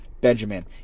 Benjamin